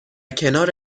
کنار